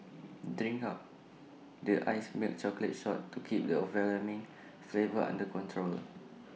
drink up the iced milk chocolate shot to keep the overwhelming flavour under control